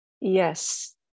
yes